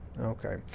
okay